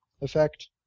effect